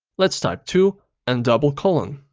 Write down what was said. let's type two and double-colon.